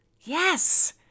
Yes